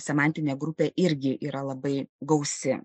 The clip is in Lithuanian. semantinė grupė irgi yra labai gausi